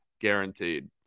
guaranteed